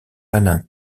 alain